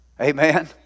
Amen